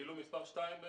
כאילו מספר שתיים,